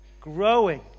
Growing